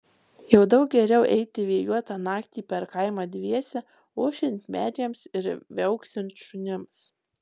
jau daug geriau eiti vėjuotą naktį per kaimą dviese ošiant medžiams ir viauksint šunims